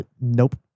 nope